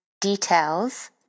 Details